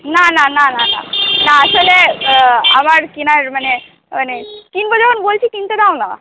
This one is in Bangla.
না না না না না না আসলে আমার কেনার মানে মানে কিনব যখন বলছি কিনতে দাও না